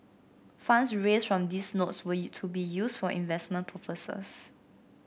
funds raised from these notes were to be used for investment purposes